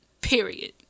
period